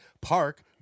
park